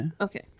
Okay